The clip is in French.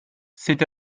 c’est